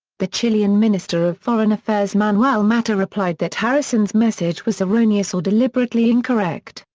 the chilean minister of foreign affairs manuel matta replied that harrison's message was erroneous or deliberately incorrect,